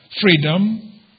freedom